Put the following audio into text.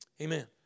Amen